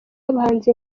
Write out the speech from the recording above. abahanzi